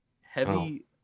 heavy